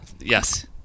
Yes